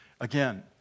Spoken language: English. Again